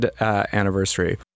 anniversary